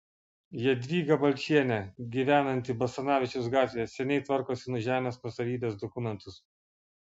jadvyga balčienė gyvenanti basanavičiaus gatvėje seniai tvarkosi žemės nuosavybės dokumentus